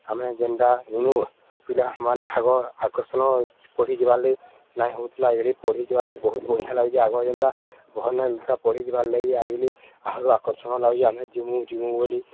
ଆମେ ଯେନ୍ତାନୁ ପିଲାମାନେ ଆଗ ଆକର୍ଷଣ ପଢ଼ି ଯିବାର୍ ଲାଗି ନାଇଁ ହଉଥିଲା ଏଗରି ପଢ଼ି ଯିବା୍ଲାଗି ବହୁ ବଢ଼ିଆ ଲାଗୁଚି ଆଗ ଯେନ୍ତା ଭଲନ ଜଲସା ପଢ଼ି ଯିବାର୍ ଲାଗି ଆିଲି ଆହୁରୁ ଆକର୍ଷଣ ଲାଗୁଚି ଆମେ ଜିମୁଁ ଯିମୁଁ ବୋଲି